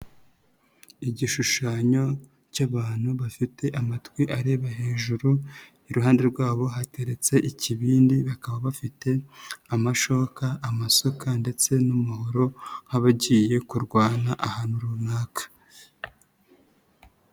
Igishushanyo cy'abantu bafite amatwi areba hejuru, iruhande rwabo hateretse ikibindi, bakaba bafite amashoka, amasaka ndetse n'umuhoro, nk'abagiye kurwana ahantu runaka.